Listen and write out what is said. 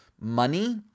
money